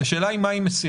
השאלה היא מה היא מסירה,